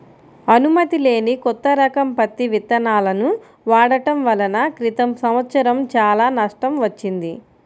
అనుమతి లేని కొత్త రకం పత్తి విత్తనాలను వాడటం వలన క్రితం సంవత్సరం చాలా నష్టం వచ్చింది